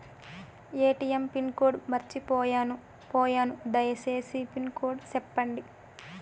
ATM pin code మర్చిపోయాను పోయాను దయసేసి పిన్ కోడ్ సెప్పండి?